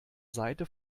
seite